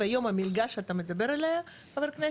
והיום המגלה שאתה מדבר עליה ח"כ,